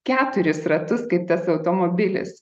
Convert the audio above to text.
keturis ratus kaip tas automobilis